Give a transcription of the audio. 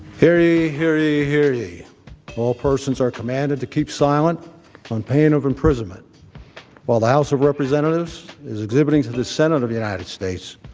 hear ye, hear ye, hear ye all persons are commanded to keep silent on pain of imprisonment while the house of representatives is exhibiting to the senate of the united states.